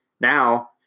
Now